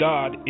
God